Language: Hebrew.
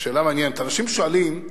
שאלה מעניינת: אנשים שואלים,